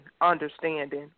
understanding